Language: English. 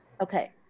Okay